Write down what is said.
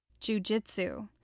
jujitsu